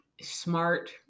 smart